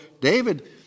David